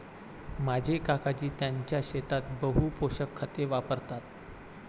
माझे काकाजी त्यांच्या शेतात बहु पोषक खते वापरतात